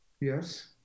Yes